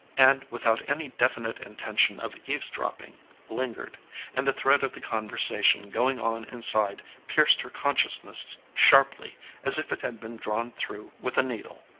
and without any definite intention of eavesdropping lingered and the thread of the conversation going on inside pierced her consciousness sharply as if it had been drawn through with a needle.